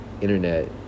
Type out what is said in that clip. internet